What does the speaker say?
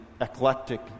eclectic